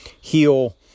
heal